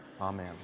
amen